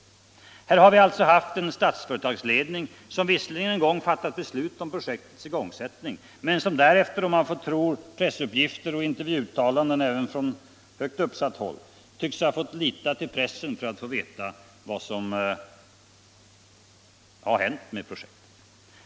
Här har vi alltså haft en Statsföretagsledning, som visserligen en gång fattat beslut om projektets igångsättning men som därefter, om man får tro pressuppgifter och intervjuuttalanden även från högt uppsatt håll, tycks ha fått lita till pressen för att få veta hur det fortlöper.